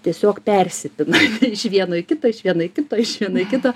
tiesiog persipina iš vieno į kitą iš vieno į kitą iš vieno į kitą